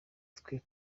twe